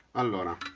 and